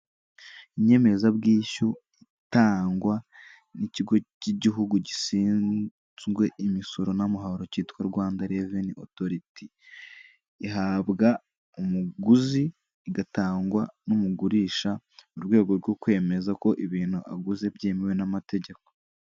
Inyemezabwishyu itangwa n'ikigo cy'igihugu gishinzwe imisoro n'amahoro cyitwa Rwanda Reveni Otoriti, ihabwa umuguzi igatangwa n'umugurisha mu rwego rwo kwemeza ko ibintu aguze byemewe n'amategeko.